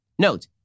Note